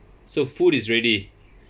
so food is ready